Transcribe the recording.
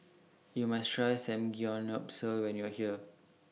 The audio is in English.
YOU must Try Samgyeopsal when YOU Are here